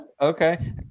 okay